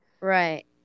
right